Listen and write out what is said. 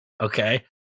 Okay